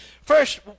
First